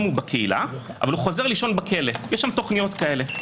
בקהילה אבל חוזר לישון בכלא - יש שם תוכניות כאלה.